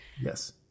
Yes